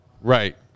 Right